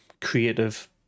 Creative